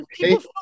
People